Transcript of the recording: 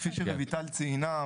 כפי שרויטל ציינה,